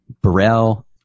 Burrell